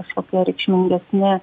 kažkokių reikšmių ir esmė